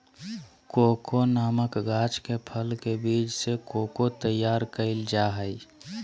cocoa नामक गाछ के फल के बीज से कोको तैयार कइल जा हइ